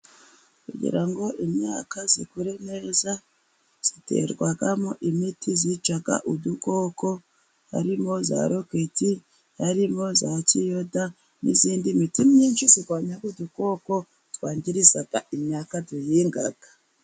Kugira ngo imyaka ikure neza iterwamo imiti yica udukoko, harimo: za roketi, harimo za kiyoda, n'indi miti myinshi irwanyaho udukoko twangiriza imyaka duhinga.